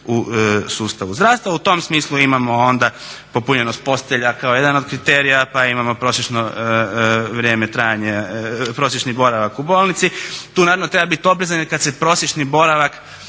u sustavu zdravstva. U tom smislu imamo onda popunjenost postelja kao jedan od kriterija pa imamo prosječni boravak u bolnici. Tu naravno treba biti oprezan jer kad se prosječni boravak